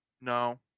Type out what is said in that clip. No